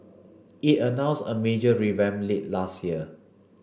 it announced a major revamp late last year